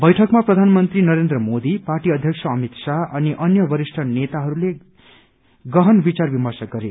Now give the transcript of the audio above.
बैठकमा प्रधानमन्त्री नरेन्द्र मोदी पार्टी अध्यक्ष अमित शाह अनि अन्य वरिष्ठ नेताहरूले गहन विचार विमर्श गरे